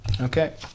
Okay